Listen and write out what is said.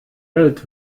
welt